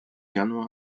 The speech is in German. januar